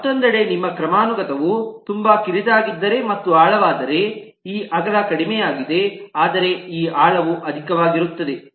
ಮತ್ತೊಂದೆಡೆ ನಿಮ್ಮ ಕ್ರಮಾನುಗತವು ತುಂಬಾ ಕಿರಿದಾಗಿದ್ದರೆ ಮತ್ತು ಆಳವಾದರೆ ಈ ಅಗಲ ಕಡಿಮೆಯಾಗಿದೆ ಆದರೆ ಈ ಆಳವು ಅಧಿಕವಾಗಿರುತ್ತದೆ